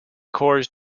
cores